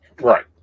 Right